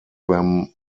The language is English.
them